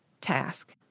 task